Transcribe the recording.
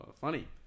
Funny